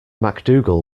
macdougall